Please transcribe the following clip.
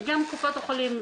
גם קבילות לגבי קופות החולים,